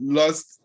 lost